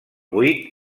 vuit